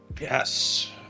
Yes